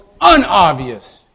unobvious